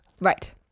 right